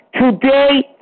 today